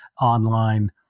online